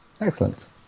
Excellent